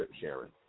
sharing